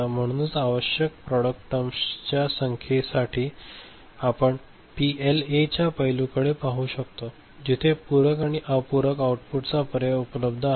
म्हणूनच आवश्यक product terms च्या संखेसाठी साठी आपण पीएलएच्या या पैलूकडे पाहू शकतो जेथे पूरक आणि अपूरक आउटपुट चा पर्याय उपलब्ध आहेत